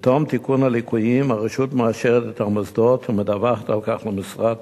בתום תיקון הליקויים הרשות מאשרת את המוסדות ומדווחת על כך למשרד